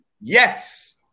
yes